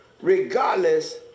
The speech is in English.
regardless